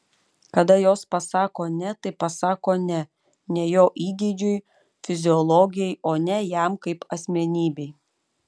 kada jos pasako ne tai pasako ne ne jo įgeidžiui fiziologijai o ne jam kaip asmenybei